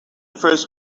first